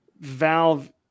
Valve